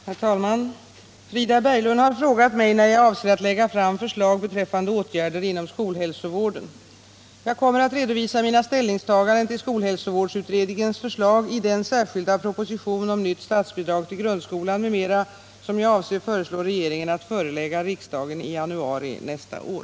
Herr talman! Frida Berglund har frågat mig när jag avser att lägga fram förslag beträffande åtgärder inom skolhälsovården. Jag kommer att redovisa mina ställningstaganden till skolhälsovårdsutredningens förslag i den särskilda proposition om nytt statsbidrag till grundskolan m.m. som jag avser föreslå regeringen att förelägga riksdagen i januari nästa år.